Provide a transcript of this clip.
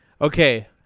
Okay